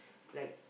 like